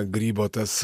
grybo tas